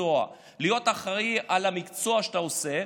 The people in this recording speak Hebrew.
מקצוע להיות אחראי למקצוע שהוא עושה,